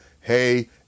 Hey